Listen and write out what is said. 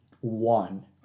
one